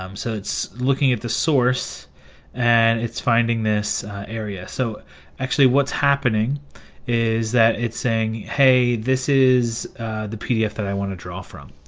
um so it's looking at the source and it's finding this area, so actually what's happening is that it's saying hey, this is the pdf that i want to draw from,